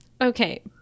Okay